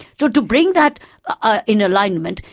so to bring that ah in alignment,